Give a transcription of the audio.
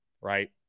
right